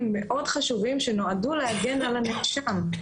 מאוד חשובים שנועדו להגן על הנאשם.